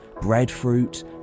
breadfruit